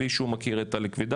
בלי שהוא מכיר את הליקווידטורים,